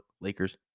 Lakers